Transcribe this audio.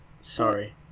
sorry